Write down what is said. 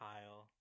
Kyle